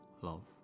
love